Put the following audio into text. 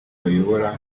bayobora